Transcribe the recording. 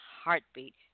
heartbeat